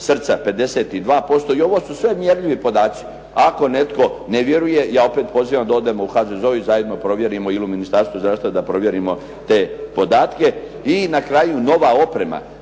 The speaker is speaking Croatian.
srca 52% i ovo su sve mjerljivi podaci. Ako netko ne vjeruje, ja opet pozivam da odemo u HHZO i zajedno provjerimo i zajedno provjerimo, ili u Ministarstvu zdravstva da provjerimo te podatke. I na kraju, nova oprema